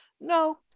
no